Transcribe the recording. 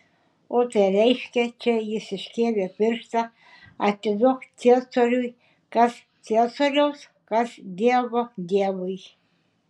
o tai reiškia čia jis iškėlė pirštą atiduok ciesoriui kas ciesoriaus kas dievo dievui